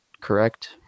correct